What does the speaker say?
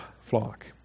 flock